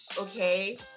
okay